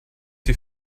die